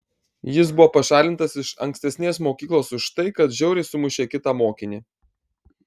jis buvo pašalintas iš ankstesnės mokyklos už tai kad žiauriai sumušė kitą mokinį